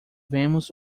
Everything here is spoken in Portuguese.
vemos